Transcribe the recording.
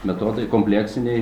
metodai kompleksiniai